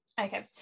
Okay